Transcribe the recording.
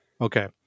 Okay